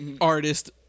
artist